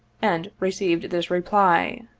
and received this reply